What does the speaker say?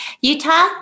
Utah